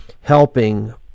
helping